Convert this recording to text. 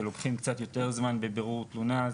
שלוקחים קצת יותר זמן בבירור של תלונה,